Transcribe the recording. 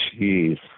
Jeez